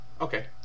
Okay